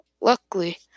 Luckily